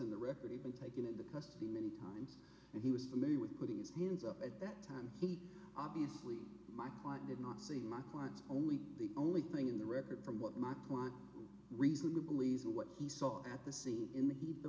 in the record to be taken into custody many times and he was familiar with putting his hands up at that time he obviously my client did not see my client's only the only thing in the record from what my client reason to believe what he saw at the scene in the heat